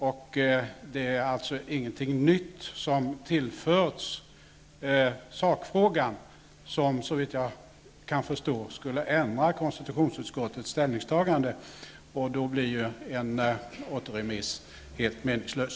Det är alltså ingenting nytt som tillförts sakfrågan som, såvitt jag kan förstå, skulle ändra konstitutionsutskottets ställningstagande, och då blir ju en återremiss helt meningslös.